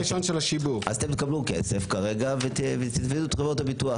אתם תקבלו כסף כרגע ותתבעו את חברות הביטוח.